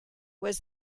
was